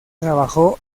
trabajó